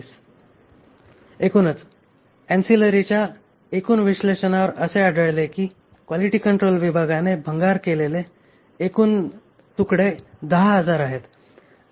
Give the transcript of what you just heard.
एकूणच अँसिलरीच्या एकूण विश्लेषणावर असे आढळले की क्वालिटी कंट्रोल विभागाने भंगार केलेले एकूण तुकडे 10000 आहेत